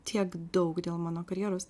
tiek daug dėl mano karjeros